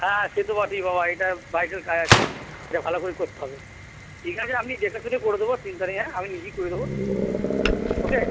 হ্যাঁ হ্যাঁ সে তো বটেই বাবা এটা ভাইটাল কাজ আছে এটা ভালো করে করতে হবে ঠিক আছে আমি দেখে শুনেই করে দেবো চিন্তা নেই হ্যাঁ আমি নিজেই করে দেবো ওকে